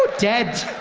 dead!